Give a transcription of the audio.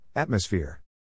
Atmosphere